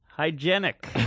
hygienic